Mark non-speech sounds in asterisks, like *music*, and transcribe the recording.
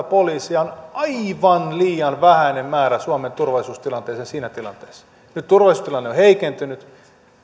*unintelligible* poliisia on aivan liian vähäinen määrä suomen turvallisuustilanteeseen siinä tilanteessa nyt turvallisuustilanne on on heikentynyt